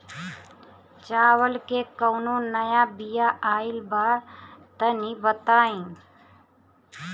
चावल के कउनो नया बिया आइल बा तनि बताइ?